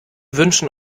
wünschen